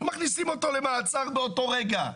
היו מכניסים אותו למעצר באותו רגע.